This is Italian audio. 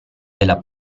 della